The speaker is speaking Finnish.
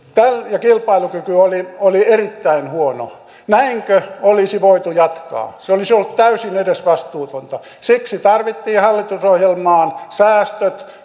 ja kilpailukyky oli erittäin huono näinkö olisi voitu jatkaa se olisi ollut täysin edesvastuutonta siksi tarvittiin hallitusohjelmaan säästöt